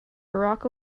barack